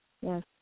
Yes